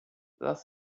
das